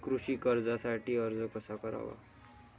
कृषी कर्जासाठी अर्ज कसा करावा?